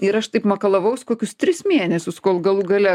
ir aš taip makalavaus kokius tris mėnesius kol galų gale